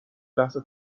لحظه